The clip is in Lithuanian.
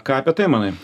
ką apie tai manai